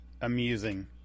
amusing